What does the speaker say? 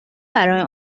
برای